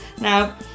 now